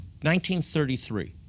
1933